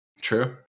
True